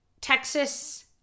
Texas